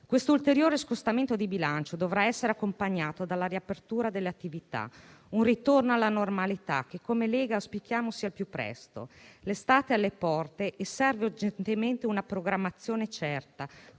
Questo ulteriore scostamento di bilancio dovrà essere accompagnato dalla riapertura delle attività e da un ritorno alla normalità, che come Lega auspichiamo avvenga al più presto. L'estate è alle porte e serve urgentemente una programmazione certa,